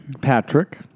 Patrick